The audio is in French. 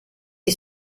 est